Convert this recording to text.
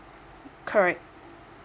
correct